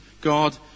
God